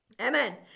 Amen